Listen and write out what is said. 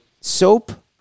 soap